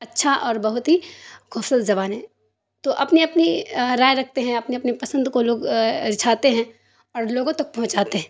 اچھا اور بہت ہی خوبصورت زبان ہے تو اپنی اپنی رائے رکھتے ہیں اپنے اپنے پسند کو لوگ رجھاتے ہیں اور لوگوں تک پہنچاتے ہیں